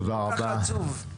כל כך עצוב.